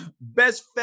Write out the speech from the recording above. Best